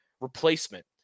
replacement